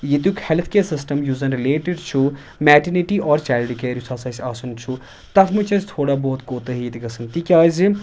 ییٚتیُٚک health care system یُس زَن رِلیٹڑ چھُ مٮ۪ٹرنٹی آر چایلڑٕ کیر یُس ہَسا اَسہِ آسان چھُ تَتھ منٛز چھِ أسۍ تھوڑا بہت کوتٲہی یتہِ گژھان تِکیازِ